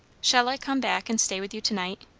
shall i come back and stay with you to-night?